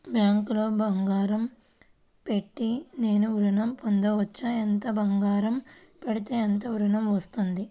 బ్యాంక్లో బంగారం పెట్టి నేను ఋణం పొందవచ్చా? ఎంత బంగారం పెడితే ఎంత ఋణం వస్తుంది?